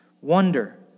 wonder